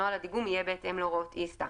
נוהל הדיגום יהיה בהתאם להוראות ISTA,